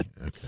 Okay